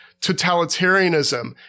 totalitarianism